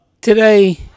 today